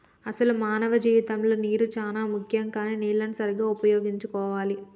అసలు మానవ జీవితంలో నీరు చానా ముఖ్యం కానీ నీళ్లన్ను సరీగ్గా ఉపయోగించుకోవాలి